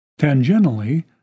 Tangentially